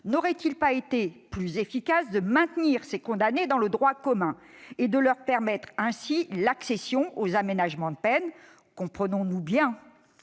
n'aurait-il pas été plus efficace de maintenir ces condamnés dans le droit commun et de leur permettre d'accéder aux aménagements de peine ? Comprenons-nous bien